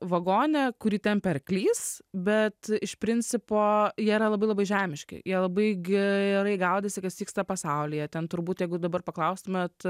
vagone kurį tempia arklys bet iš principo jie yra labai labai žemiški jie labai gerai gaudėsi kas vyksta pasaulyje ten turbūt jeigu dabar paklaustumėt